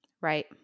Right